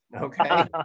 okay